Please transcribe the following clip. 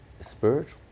spiritual